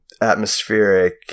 atmospheric